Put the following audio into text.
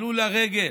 עלו לרגל,